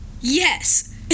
Yes